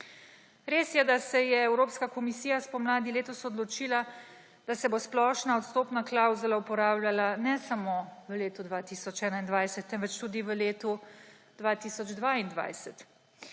Res je, da se je Evropska komisija spomladi letos odločila, da se bo splošna odstopna klavzula uporabljala ne samo v letu 2021, temveč tudi v letu 2022.